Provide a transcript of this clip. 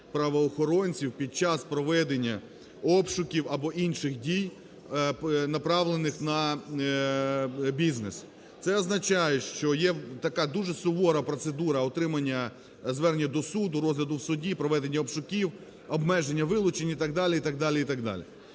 під час проведення обшуків, або інших дій направлених на бізнес. Це означає, що є така дуже сувора процедура отримання звернення до суду, розгляду в суді, проведення обшуків, обмеження вилучень і так далі,